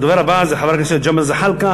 הדובר הבא זה חבר הכנסת ג'מאל זחאלקה.